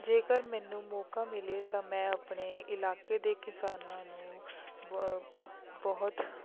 ਜੇਕਰ ਮੈਨੂੰ ਮੌਕਾ ਮਿਲੇ ਤਾਂ ਮੈਂ ਆਪਣੇ ਇਲਾਕੇ ਦੇ ਕਿਸਾਨਾਂ ਨੂੰ ਬ ਬਹੁਤ